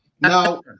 now